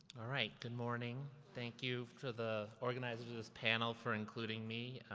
alright, good morning. thank you to the organizers of this panel for including me.